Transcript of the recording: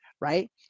right